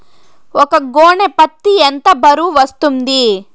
ఒక గోనె పత్తి ఎంత బరువు వస్తుంది?